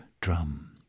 drum